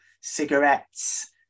cigarettes